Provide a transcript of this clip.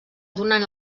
donant